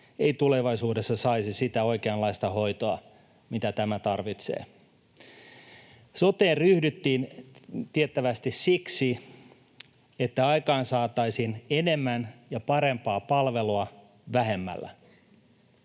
ei tulevaisuudessa saisi sitä oikeanlaista hoitoa, mitä tämä tarvitsee. Soteen ryhdyttiin tiettävästi siksi, että aikaansaataisiin enemmän ja parempaa palvelua vähemmällä